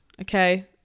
okay